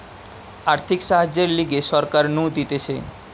আর্থিক সাহায্যের লিগে সরকার নু দিতেছে